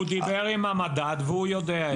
הוא דיבר עם המדד והוא יודע את זה.